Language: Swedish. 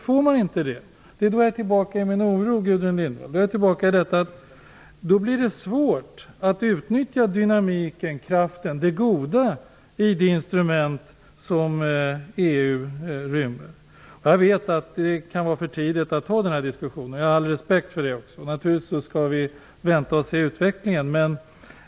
Får man inte det, blir det svårt att utnyttja dynamiken, kraften, det goda i de instrument som EU Jag vet att det kan vara för tidigt att ha den här dsikussionen nu, och det har jag all respekt för. Naturligtvis skall vi vänta och se utvecklingen.